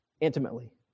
intimately